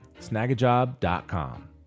Snagajob.com